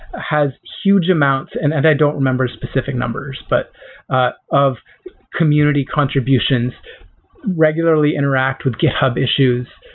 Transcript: has huge amounts, and and i don't remember specific numbers, but of community contributions regularly interact with github issues.